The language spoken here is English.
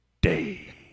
day